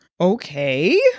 okay